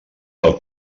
pel